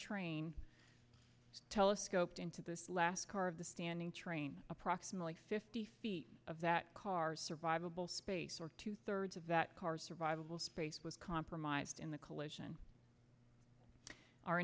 train telescoped into this last car of the standing train approximately fifty feet of that car survivable space or two thirds of that car's survivable space was compromised in the collision are